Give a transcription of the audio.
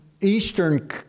eastern